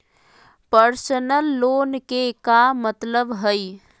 Personal loan के का मतलब हई?